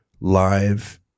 live